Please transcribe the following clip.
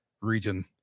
Region